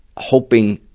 hoping